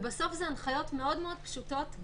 בסוף, אלה הנחיות פשוטות מאוד.